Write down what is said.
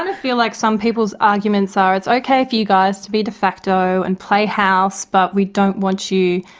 and feel like some people's arguments are it's okay for you guys to be defacto and play house, but we don't want you